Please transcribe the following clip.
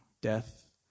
death